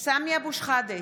בהצבעה סמי אבו שחאדה,